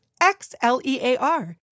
X-L-E-A-R